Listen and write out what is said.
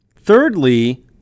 Thirdly